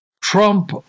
Trump